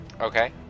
Okay